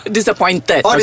Disappointed